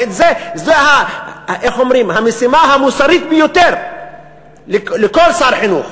וזו המשימה המוסרית ביותר לכל שר חינוך.